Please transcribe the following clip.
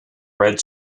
red